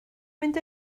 mynd